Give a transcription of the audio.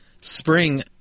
spring